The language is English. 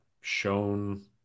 shown